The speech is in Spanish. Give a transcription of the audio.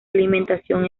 alimentación